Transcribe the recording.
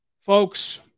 folks